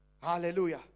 Hallelujah